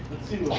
let's see